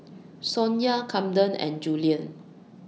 Sonya Kamden and Julian